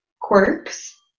quirks